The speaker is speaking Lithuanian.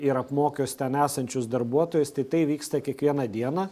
ir apmokius ten esančius darbuotojus tai tai vyksta kiekvieną dieną